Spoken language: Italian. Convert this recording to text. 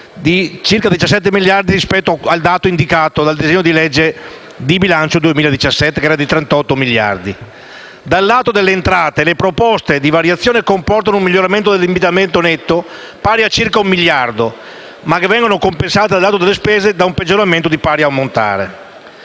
di circa 17 miliardi rispetto al dato indicato nel disegno di legge di bilancio 2017 (38,6 miliardi). Dal lato delle entrate le proposte di variazioni comportano un miglioramento dell'indebitamento netto pari a circa un miliardo di euro, ma vengono compensate dal lato delle spese da un peggioramento di pari ammontare.